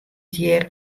hjir